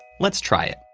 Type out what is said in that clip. let's try it,